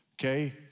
Okay